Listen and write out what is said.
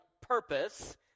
purpose